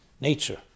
nature